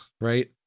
right